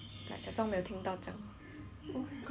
that was the first year